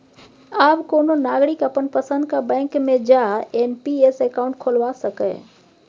आब कोनो नागरिक अपन पसंदक बैंक मे जा एन.पी.एस अकाउंट खोलबा सकैए